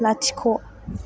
लाथिख'